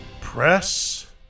Press